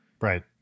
Right